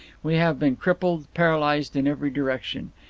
we have been crippled, paralysed in every direction.